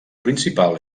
principal